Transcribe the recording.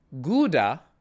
gouda